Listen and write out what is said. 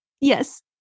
Yes